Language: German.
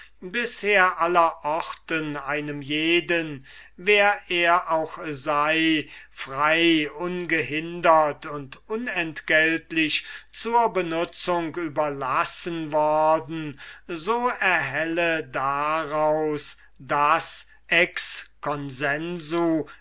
bisher aller orten einem jeden wer er auch sei frei ungehindert und ohnentgeltlich zur benutzung überlassen worden so erhelle daraus daß